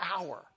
hour